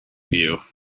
view